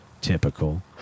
Typical